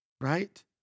Right